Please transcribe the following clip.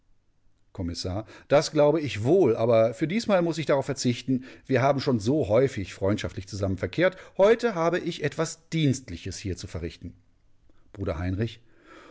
kommissar das glaube ich wohl aber für diesmal muß ich darauf verzichten wir haben schon so häufig freundschaftlich zusammen verkehrt heute habe ich etwas dienstliches hier zu verrichten bruder heinrich